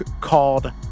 called